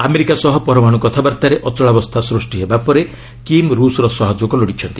America ସହ ପରମାଣ୍ର କଥାବାର୍ତ୍ତାରେ ଅଚଳାବସ୍ଥା ସୃଷ୍ଟି ହେବା ପରେ କିମ୍ ରୁଷର ସହଯୋଗ ଲୋଡ଼ିଛନ୍ତି